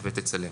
תצלם.